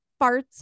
farts